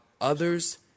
others